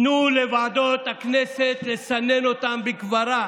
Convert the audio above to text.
תנו לוועדות הכנסת לסנן אותן בכברה,